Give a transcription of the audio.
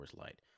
Light